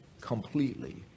completely